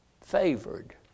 Favored